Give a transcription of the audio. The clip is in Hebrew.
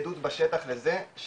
אבל אין איזושהי עדות בשטח לזה שאנשים,